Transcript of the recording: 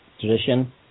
tradition